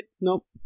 Nope